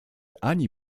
ani